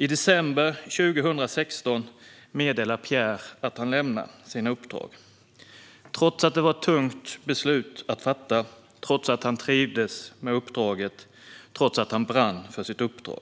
I december 2016 meddelar Pierre att han lämnar sina uppdrag, trots att det var ett tungt beslut att fatta, trots att han trivdes med uppdraget och trots att han brann för sitt uppdrag.